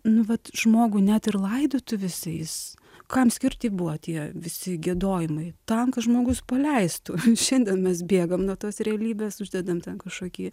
nu vat žmogų net ir laidotuvėse jis kam skirti buvo tie visi giedojimai tam kad žmogus paleistų šiandien mes bėgam nuo tos realybės uždedam ten kažkokį